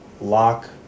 lock